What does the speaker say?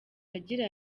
agira